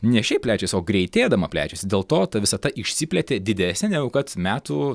ne šiaip plečiasi o greitėdama plečiasi dėl to ta visata išsiplėtė didesnė negu kad metų